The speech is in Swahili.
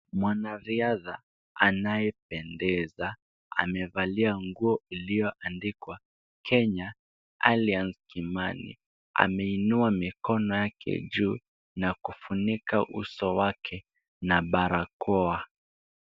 Mwanariadha anayependeza amevalia nguo iliyoandikwa KENYA, Allianz KIMANI, ameinua mikono yake juu na kufunika uso wake na barakoa.